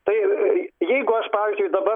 tai jeigu aš pavyzdžiui dabar